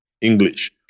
English